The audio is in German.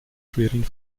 schwerin